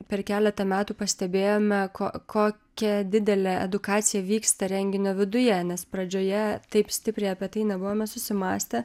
per keletą metų pastebėjome ko kokia didelė edukacija vyksta renginio viduje nes pradžioje taip stipriai apie tai nebuvome susimąstę